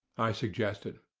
i suggested.